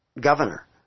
governor